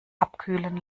abkühlen